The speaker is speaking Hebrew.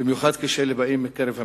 במיוחד כשאלה באים מקרב המתנחלים.